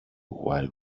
while